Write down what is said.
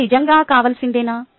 ఇది నిజంగా కావాల్సినదేనా